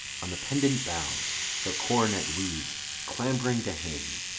on the pendant boughs her coronet weeds clamb'ring to hang,